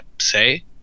say